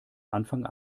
anfang